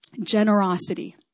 Generosity